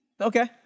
Okay